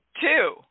Two